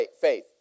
faith